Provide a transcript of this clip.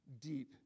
deep